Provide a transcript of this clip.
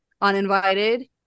uninvited